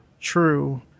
true